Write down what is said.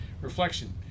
Reflection